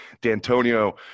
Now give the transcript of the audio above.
D'Antonio